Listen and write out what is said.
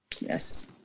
Yes